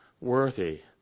worthy